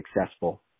successful